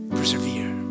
Persevere